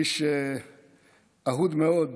איש אהוד מאוד,